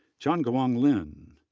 chongguang lin,